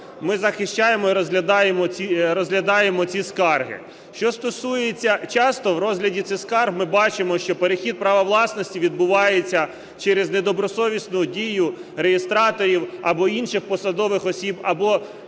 Ми захищаємо і розглядаємо ці скарги. Що стосується… Часто в розгляді цих скарг ми бачимо, що перехід права власності відбувається через недобросовісну дію реєстраторів або інших посадових осіб, або